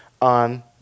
on